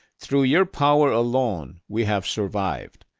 through your power alone we have survived.